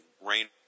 rain